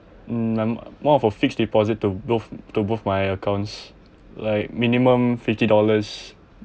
hmm I'm more of a fixed deposit to both to both my accounts like minimum fifty dollars